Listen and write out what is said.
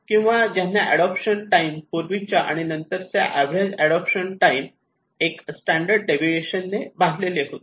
किंवा ज्यांचा adoption time पूर्वीच्या आणि नंतरच्या अवरेज अडोप्शन टाईम एक स्टॅंडर्ड डेविएशन ने बांधलेले होते